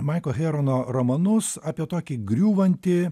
maiko herono romanus apie tokį griūvantį